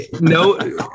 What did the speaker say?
no